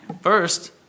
First